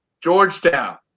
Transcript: Georgetown